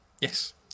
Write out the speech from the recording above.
yes